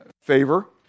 favor